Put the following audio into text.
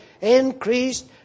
increased